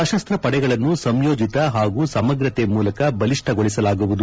ಸಶಸ್ತ್ರ ಪಡೆಗಳನ್ನು ಸಂಯೋಜಿತ ಹಾಗೂ ಸಮಗ್ರತೆ ಮೂಲಕ ಬಲಿಷ್ಟಗೊಳಿಸಲಾಗುವುದು